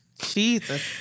Jesus